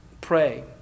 pray